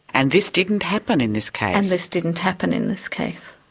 and this didn't happen in this case. and this didn't happen in this case.